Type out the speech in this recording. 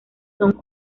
son